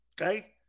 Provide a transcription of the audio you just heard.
Okay